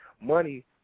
money